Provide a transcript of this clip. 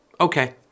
okay